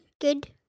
Good